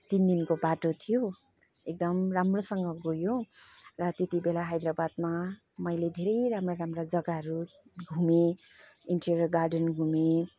तिन दिनको बाटो थियो एकदम राम्रोसँग गयौँ र त्यति बेला हैदराबादमा मैले धेरै राम्रा राम्रा जग्गाहरू घुमेँ इन्टेरियर गार्डन घुमेँ